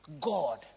God